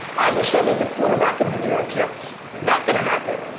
i wish i was the quarterback of the new york jets, not gonna happen.